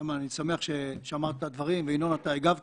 איימן, אני שמח שאמרת דברים, וינון, אתה הגבת.